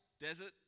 desert